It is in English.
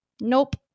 Nope